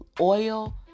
oil